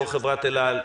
יושב-ראש חברת אל-על,